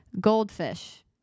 Goldfish